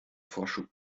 vorschub